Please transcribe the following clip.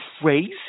crazy